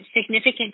significant